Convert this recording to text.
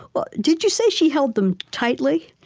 well, did you say she held them tightly?